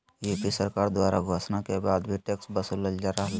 UP सरकार द्वारा घोषणा के बाद भी टैक्स वसूलल जा रहलय